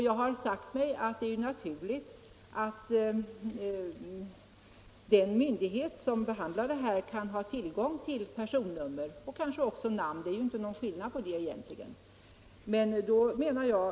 Jag har sagt mig att det är naturligt att en myndighet som behandlar detta kan ha tillgång till personnummer och kanske också namn. Det är egentligen inte någon skillnad på det.